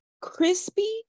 crispy